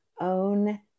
own